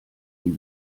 die